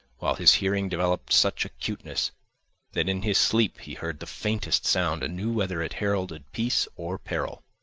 while his hearing developed such acuteness that in his sleep he heard the faintest sound and knew whether it heralded peace or peril.